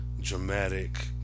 dramatic